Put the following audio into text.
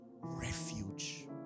refuge